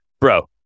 Bro